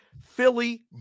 Philly